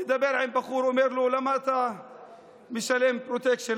אני מדבר עם בחור ושואל אותו: למה אתה משלם פרוטקשן,